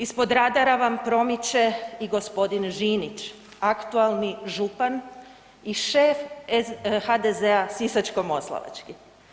Ispod radara vam promiče i gospodin Žinić, aktualni župan i šef HDZ-a sisačko-moslavački.